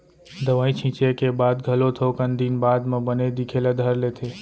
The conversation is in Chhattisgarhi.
दवई छींचे के बाद घलो थोकन दिन बाद म बन दिखे ल धर लेथे